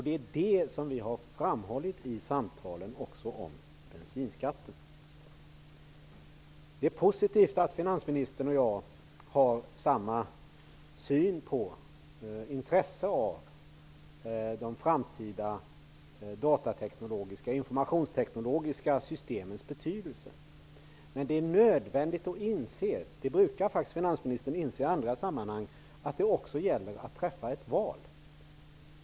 Det är detta vi har framhållit i samtalen också om bensinskatten. Det är positivt att finansministern och jag har samma syn på och intresse av de framtida informationsteknologiska systemens betydelse. Men det är nödvändigt att inse att det också gäller att träffa ett val. Det brukar finansministern inse i andra sammanhang.